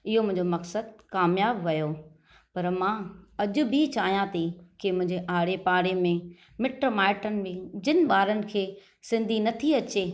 इहो मुंहिंजो मक़सदु कामयाबु वियो पर मां अजु॒ बि चाहियां थी की मुंहिंजे आरे पाड़े में मिट माइटि में जिन बा॒रनि खे सिंधी न थी अचे